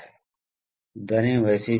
और इसके तीन ऑपरेशनल मोड हैं